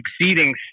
succeeding